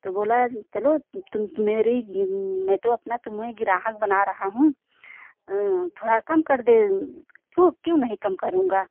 तो बोला चलो तुम तो मेरी मैं तो अपना तुम्हें ग्राहक बना रहा हूँ थोड़ा कम कर दे क्यों नही कम करूँगा